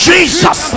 Jesus